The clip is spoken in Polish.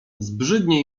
zbrzydnie